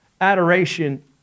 Adoration